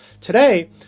Today